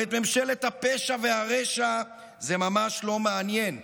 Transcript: אבל את ממשלת הפשע והרשע זה ממש לא מעניין.